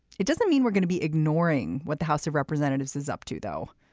it doesn't mean we're going to be ignoring what the house of representatives is up to though.